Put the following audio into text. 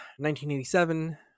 1987